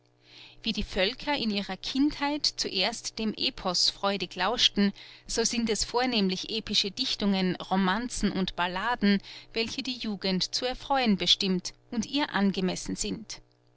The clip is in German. wie die völker in ihrer kindheit zuerst dem epos freudig lauschten so sind es vornehmlich epische dichtungen romanzen und balladen welche die jugend zu erfreuen bestimmt und ihr angemessen sind